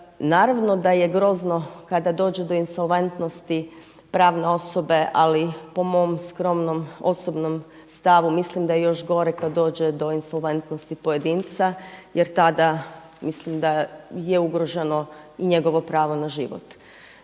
Naravno da je grozno kada dođe do insolventnosti pravne osobe, ali po mom skromnom osobnom stavu mislim da je još gore kada dođe do insolventnosti pojedinca jer tada mislim da je ugroženo i njegovo pravo na život.